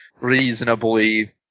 reasonably